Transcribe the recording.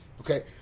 okay